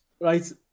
right